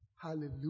Hallelujah